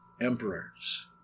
emperors